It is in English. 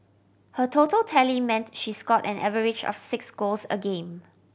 her total tally meant she scored an average of six goals a game